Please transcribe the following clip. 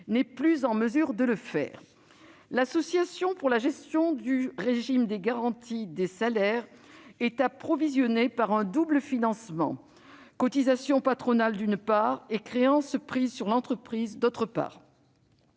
n'est plus en mesure de le faire. L'Association pour la gestion du régime de garantie des créances des salariés est approvisionnée par un double financement : les cotisations patronales, d'une part ; les créances prises sur les entreprises, d'autre part.